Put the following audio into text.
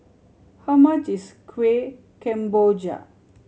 how much is Kuih Kemboja